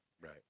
Right